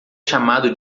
chamado